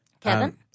Kevin